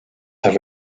have